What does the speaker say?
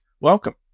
Welcome